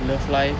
love life